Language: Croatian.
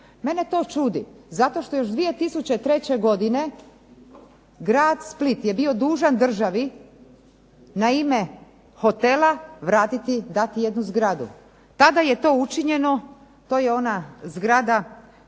Mene to čudi zato što još 2003. godine grad Split je bio dužan državi na ime hotela vratiti, dati jednu zgradu. Tada je to učinjeno, to je ona zgrada